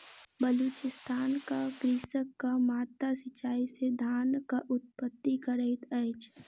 बलुचिस्तानक कृषक माद्दा सिचाई से धानक उत्पत्ति करैत अछि